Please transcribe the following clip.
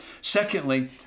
secondly